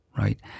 right